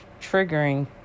triggering